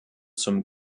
zum